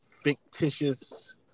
fictitious